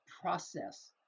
process